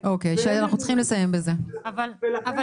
התשפ"א-2021,